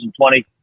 2020